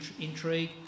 intrigue